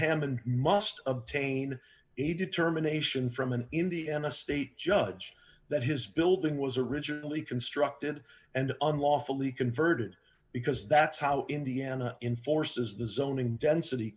hammond must obtain a determination from an indiana state judge that his building was originally constructed and unlawfully converted because that's how indiana enforces the zoning density